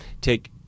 Take